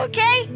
Okay